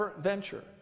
venture